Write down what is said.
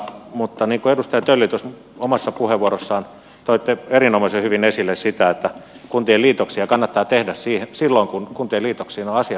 mutta niin kuin edustaja tölli omassa puheenvuorossanne toitte erinomaisen hyvin esille kuntien liitoksia kannattaa tehdä silloin kun kuntien liitoksiin on asialliset perusteet